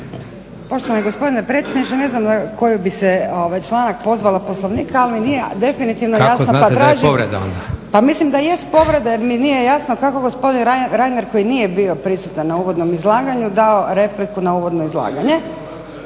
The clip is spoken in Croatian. Poštovani gospodine predsjedniče, ne znam na koji bi se članak pozvala Poslovnika, ali nije definitivno… …/Upadica predsjednik: Kako znate da je povreda onda?/… Pa mislim da jest povreda jer mi nije jasno kako gospodin Reiner koji nije bio prisutan na uvodnom izlaganju dao repliku na uvodno izlaganje